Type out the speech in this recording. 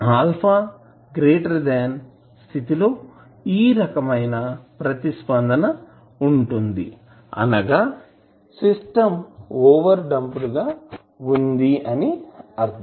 α ⍵0 స్థితి లో ఈ రకమైన ప్రతిస్పందన ఉంటుంది అనగా సిస్టం ఓవర్ డంప్ గా వుంది అని అర్థం